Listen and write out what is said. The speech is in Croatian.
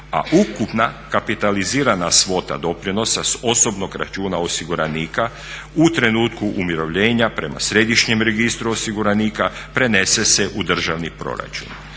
A ukupna kapitalizirana svota doprinosa s osobnog računa osiguranika u trenutku umirovljenja prema središnjem registru osiguranika prenese se u državni proračun.